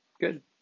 Good